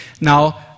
Now